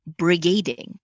brigading